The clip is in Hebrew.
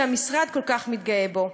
שהמשרד כל כך מתגאה בו.